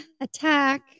attack